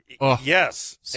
Yes